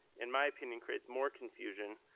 in my opinion, creates more confusion